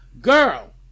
Girl